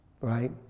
right